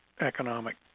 economic